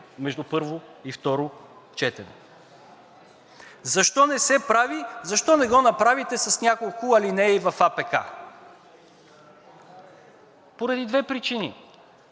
между първо и второ четене. Защо не се прави, защо не го направите с няколко алинеи в АПК? Поради две причини.